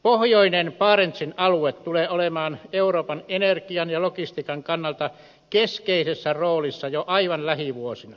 pohjoinen barentsin alue tulee olemaan euroopan energian ja logistiikan kannalta keskeisessä roolissa jo aivan lähivuosina